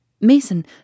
Mason